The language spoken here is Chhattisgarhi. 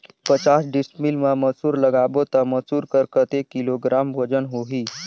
पचास डिसमिल मा मसुर लगाबो ता मसुर कर कतेक किलोग्राम वजन होही?